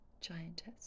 Giantess